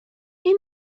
این